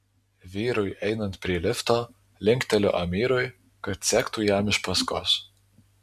vyrui einant prie lifto linkteliu amirui kad sektų jam iš paskos